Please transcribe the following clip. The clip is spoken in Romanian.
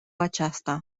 aceasta